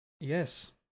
Yes